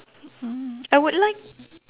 mm I would like